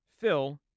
Phil